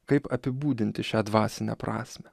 kaip apibūdinti šią dvasinę prasmę